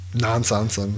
Nonsense